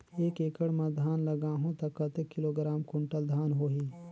एक एकड़ मां धान लगाहु ता कतेक किलोग्राम कुंटल धान होही?